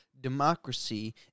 democracy